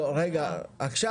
עכשיו,